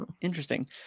Interesting